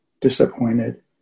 disappointed